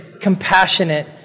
compassionate